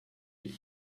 into